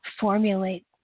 formulate